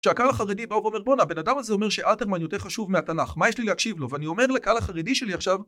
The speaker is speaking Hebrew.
כשהקהל החרדי בא ואומר בוא הנה הבן אדם הזה אומר שאלתרמן יותר חשוב מהתנ״ך מה יש לי להקשיב לו ואני אומר לקהל החרדי שלי עכשיו